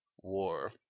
War